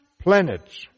planets